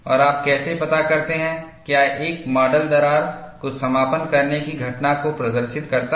और आप कैसे पता करते हैं क्या एक मॉडल दरार को समापन करने की घटना को प्रदर्शित करता है